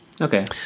Okay